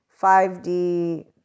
5D